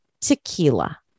tequila